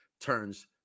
turns